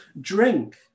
drink